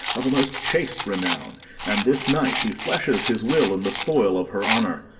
of a most chaste renown and this night he fleshes his will in the spoil of her honour.